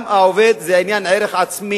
גם לעובד זה עניין של ערך עצמי,